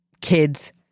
kids